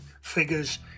figures